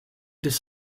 des